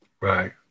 Right